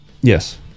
Yes